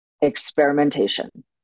experimentation